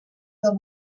del